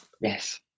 Yes